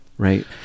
Right